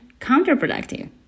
counterproductive